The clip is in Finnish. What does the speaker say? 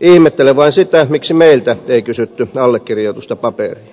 ihmettelen vain sitä miksi meiltä ei kysytty allekirjoitusta paperiin